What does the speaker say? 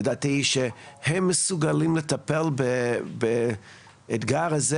לדעתי היא שהם מסוגלים לטפל באתגר הזה,